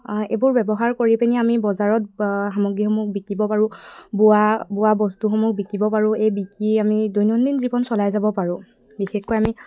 এইবোৰ ব্যৱহাৰ কৰি পিনি আমি বজাৰত সামগ্ৰীসমূহ বিকিব পাৰোঁ বোৱা বোৱা বস্তুসমূহ বিকিব পাৰোঁ এই বিকি আমি দৈনন্দিন জীৱন চলাই যাব পাৰোঁ বিশেষকৈ আমি